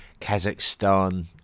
Kazakhstan